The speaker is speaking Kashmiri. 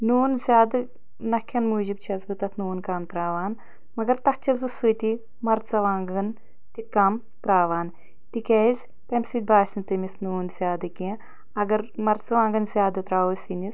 نوٗن زیادٕ نَہ کھیٚنہٕ موٗجوب چھیٚس بہٕ تتھ نوٗن کم ترٛاوان مگر تتھ چھیٚس بہٕ سۭتی مَرژٕوانٛگن تہِ کم ترٛاوان تِکیٛاز تَمہِ سۭتۍ باسہِ نہٕ تٔمس نوٗن زیادٕ کیٚنٛہہ اگر مَرژٕوانٛگن زیادٕ ترٛاوو سِنِس